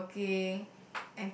and working